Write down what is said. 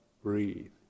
breathe